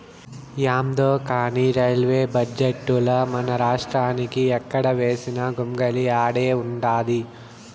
యాందో కానీ రైల్వే బడ్జెటుల మనరాష్ట్రానికి ఎక్కడ వేసిన గొంగలి ఆడే ఉండాది